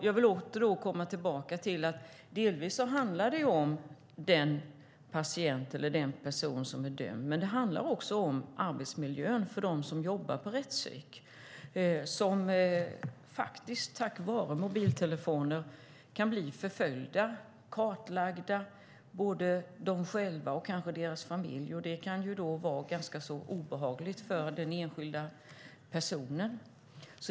Jag vill åter komma tillbaka till att det inte bara handlar om den person som är dömd utan också om arbetsmiljön för dem som jobbar på rättspsyk, som via mobiltelefon kan bli förföljda och kartlagda, både de själva och kanske deras familjer. Det kan vara ganska så obehagligt för den enskilda personen.